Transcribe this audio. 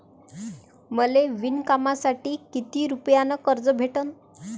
मले विणकामासाठी किती रुपयानं कर्ज भेटन?